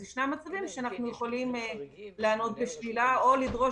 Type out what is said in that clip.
אז ישנם מצבים שאנחנו יכולים לענות בשלילה או לדרוש